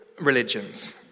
religions